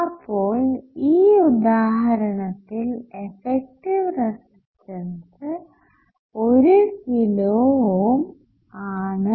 അപ്പോൾ ഈ ഉദാഹരണത്തിൽ എഫക്റ്റീവ് റെസിസ്റ്റൻസ് 1 കിലോ ഓം ആണ്